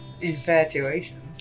Infatuation